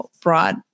broad